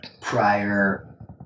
prior